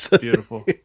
beautiful